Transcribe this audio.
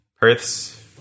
Perth's